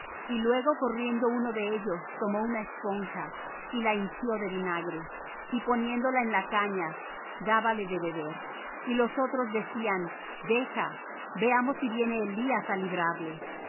y luego corriendo uno de ellos tomó una esponja y la hinchió de vinagre y poniéndola en una caña dábale de beber y los otros decían deja veamos si viene elías á librarle